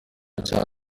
cyaha